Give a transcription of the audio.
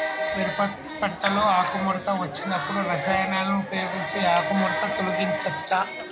మిరప పంటలో ఆకుముడత వచ్చినప్పుడు రసాయనాలను ఉపయోగించి ఆకుముడత తొలగించచ్చా?